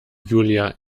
julia